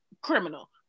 criminal